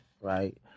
right